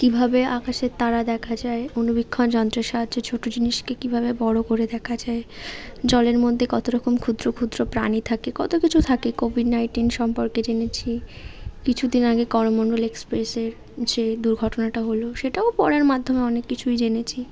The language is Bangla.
কীভাবে আকাশের তারা দেখা যায় অণুবীক্ষণ যন্ত্রের সাহায্যে ছোটো জিনিসকে কীভাবে বড় করে দেখা যায় জলের মধ্যে কতো রকম ক্ষুদ্র ক্ষুদ্র প্রাণী থাকে কতো কিছু থাকে কোভিড নাইন্টিন সম্পর্কে জেনেছি কিছু দিন আগে করমন্ডল এক্সপ্রেসের যে দুর্ঘটনাটা হল সেটাও পড়ার মাধ্যমে অনেক কিছুই জেনেছি